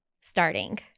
starting